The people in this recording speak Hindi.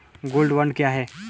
गोल्ड बॉन्ड क्या है?